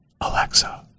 Alexa